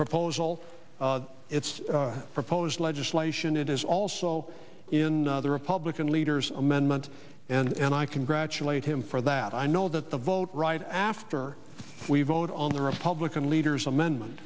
proposal it's proposed legislation it is also in the republican leaders amendment and i congratulate him for that i know that the vote right after we vote on the republican leader's amendment